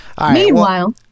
Meanwhile